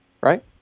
Right